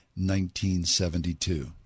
1972